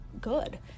good